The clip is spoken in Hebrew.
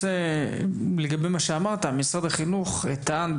לגבי מה שאמרת משרד החינוך טען,